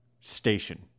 station